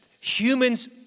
humans